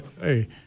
Hey